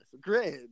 Great